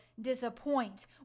disappoint